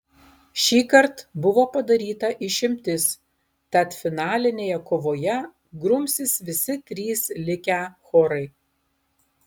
šįkart buvo padaryta išimtis tad finalinėje kovoje grumsis visi trys likę chorai